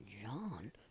John